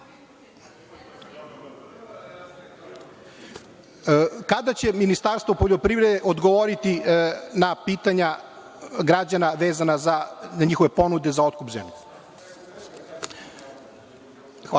kada će Ministarstvo poljoprivrede odgovoriti na pitanja građana vezana za njihove ponude za otkup zemlje. Hvala.